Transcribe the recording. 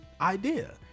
idea